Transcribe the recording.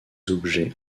objets